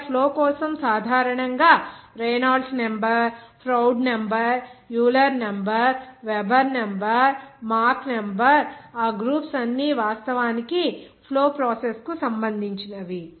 ఇక్కడ ఫ్లో కోసం సాధారణంగా Reynolds number Froude number Euler number Weber number Mach number ఆ గ్రూప్స్ అన్ని వాస్తవానికి ఫ్లో ప్రాసెస్ కు సంబంధించినవి